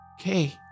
Okay